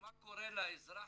ומה קורה לאזרח,